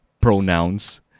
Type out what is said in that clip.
pronouns